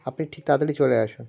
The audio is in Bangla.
আপনি ঠিক তাড়াতাড়ি চলে আসুন